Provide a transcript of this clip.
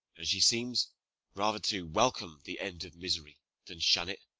and she seems rather to welcome the end of misery than shun it